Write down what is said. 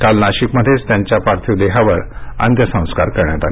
काल नाशिकमध्येच त्यांच्या पार्थिव देहावर अंत्यसस्कार करण्यात आले